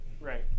Right